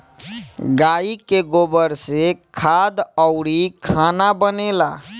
गाइ के गोबर से खाद अउरी खाना बनेला